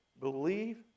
believe